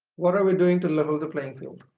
what are we doing to level the playing field?